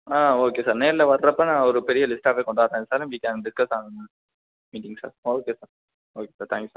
okay sir நேரில் வர்றப்ப நான் ஒரு பெரிய லிஸ்ட்டாகவே கொண்டாறேன் sir we can discuss on meeting sir okay sir okay sir thank you sir